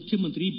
ಮುಖ್ಯಮಂತ್ರಿ ಬಿ